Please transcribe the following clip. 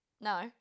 No